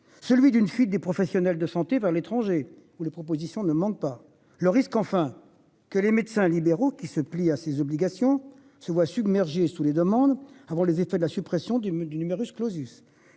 celui d'une fuite des professionnels de santé, vers l'étranger, où les propositions ne manquent pas. Le risque enfin que les médecins libéraux qui se plie à ses obligations se voient submergés sous les demandes avant les effets de la suppression du numerus clausus